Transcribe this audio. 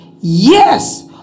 Yes